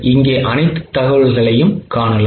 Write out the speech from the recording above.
இங்கே நீங்கள் அனைத்து தகவல்களையும் காணலாம்